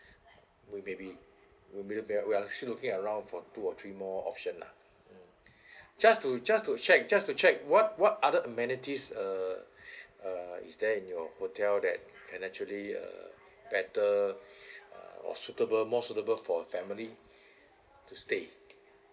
we maybe we m~ we are actually looking around for two or three more option lah mm just to just to check just to check what what other amenities err uh is there in your hotel that can actually uh better uh or suitable more suitable for family to stay